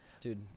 Dude